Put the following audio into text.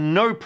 no